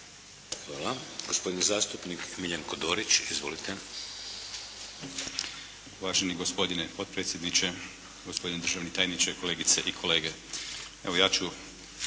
Hvala. Gospodin zastupnik Miljenko Dorić. Izvolite. **Dorić, Miljenko (HNS)** Uvaženi gospodine potpredsjedniče, gospodine državni tajniče, kolegice i kolege. Evo, ja ću